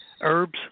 herbs